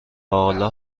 حالا